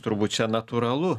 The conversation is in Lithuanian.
turbūt čia natūralu